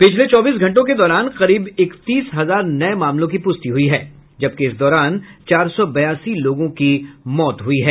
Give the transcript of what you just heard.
पिछले चौबीस घंटों के दौरान करीब इकतीस हजार नए मामलों की प्रष्टि हुई है जबकि इस दौरान चार सौ बयासी लोगों की मौत हुई है